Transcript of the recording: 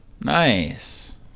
Nice